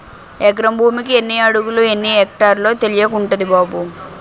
ఎకరం భూమికి ఎన్ని అడుగులో, ఎన్ని ఎక్టార్లో తెలియకుంటంది బాబూ